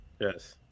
Yes